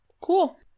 Cool